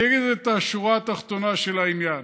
אני אגיד את השורה התחתונה של העניין: